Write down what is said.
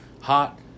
Hot